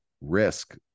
risk